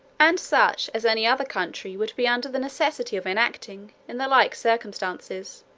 and such as any other country would be under the necessity of enacting, in the like circumstances.